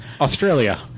Australia